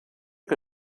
que